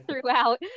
throughout